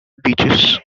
beaches